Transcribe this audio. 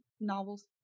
novels